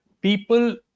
people